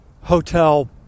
hotel